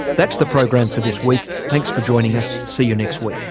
that's the program for this week. thanks for joining us. see you next week